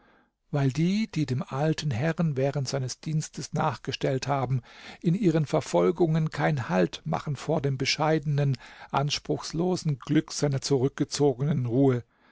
weil die die dem alten herren während seines dienstes nachgestellt haben in ihren verfolgungen kein halt machen vor dem bescheidenen anspruchslosen glück seiner zurückgezogenen ruhe